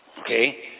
Okay